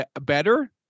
better